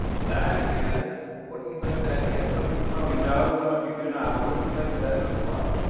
that is, what do you think that is? some of you probably know, some of you do not. but, what do you think that that looks like?